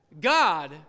God